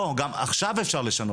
גם עכשיו אפשר לשנות.